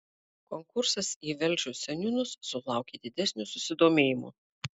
konkursas į velžio seniūnus sulaukė didesnio susidomėjimo